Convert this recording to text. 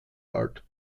alt